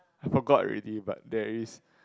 forgot already but there is